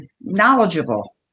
knowledgeable